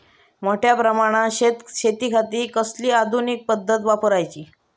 मोठ्या प्रमानात शेतिखाती कसली आधूनिक पद्धत वापराची?